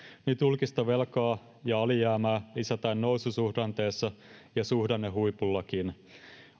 nyt julkista velkaa ja alijäämää lisätään noususuhdanteessa ja suhdannehuipullakin